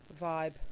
vibe